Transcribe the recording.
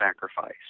sacrifice